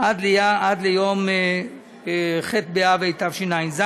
עד יום ח' באב התשע"ז,